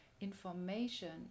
information